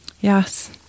Yes